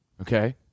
Okay